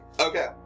okay